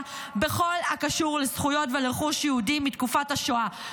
בכל הקשור לזכויות ולרכוש יהודי מתקופת השואה.